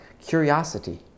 curiosity